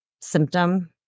symptom